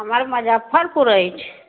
हमर मुजफ्फरपुर अछि